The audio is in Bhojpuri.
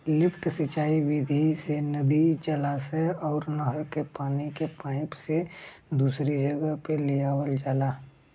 लिफ्ट सिंचाई विधि से नदी, जलाशय अउर नहर के पानी के पाईप से दूसरी जगह पे लियावल जाला